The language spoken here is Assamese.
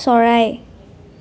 চৰাই